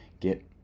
get